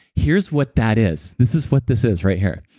here's what that is. this is what this is right here.